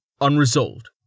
unresolved